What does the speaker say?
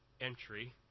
entry